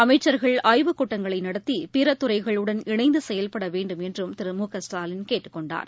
அமைச்சர்கள் அய்வுக்கூட்டங்களைநடத்தி பிறதுறைகளுடன் இணைந்துசெயல்படவேண்டும் என்றும் திருழகஸ்டாலின் கேட்டுக்கொண்டார்